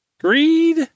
Greed